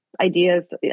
ideas